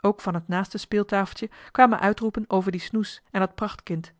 ook van het naaste speeltafeltje kwamen uitroepen over die snoes en dat prachtkind